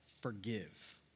forgive